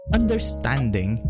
understanding